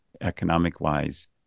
Economic-wise